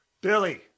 Billy